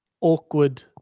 awkward